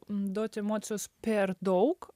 duot emocijos per daug